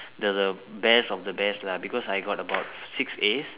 the the best of the best lah because I got about six As